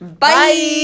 Bye